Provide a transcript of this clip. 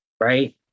Right